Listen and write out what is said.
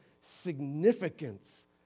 significance